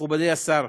מכובדי השר,